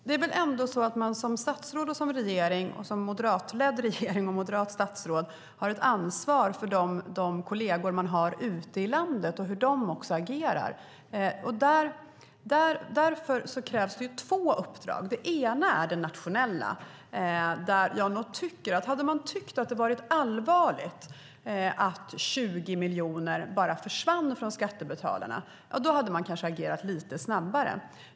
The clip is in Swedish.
Fru talman! Som statsråd och regering - och som moderat statsråd och moderatledd regering - har man väl ett ansvar för hur kollegerna ute i landet agerar. Därför krävs det två uppdrag. Det ena är det nationella, där jag nog vill säga att om man hade tyckt att det var allvarligt att 20 miljoner bara försvann från skattebetalarna skulle man kanske ha agerat lite snabbare.